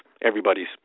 everybody's